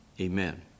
Amen